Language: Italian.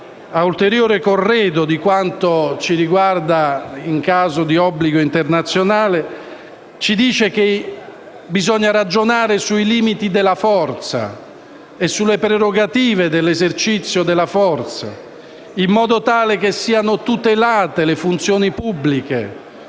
ad ulteriore corredo di quanto ci riguarda in caso di obbligo internazionale, ci dice che bisogna ragionare sui limiti della forza e sulle prerogative dell'esercizio della forza, in modo tale che siano tutelate le funzioni pubbliche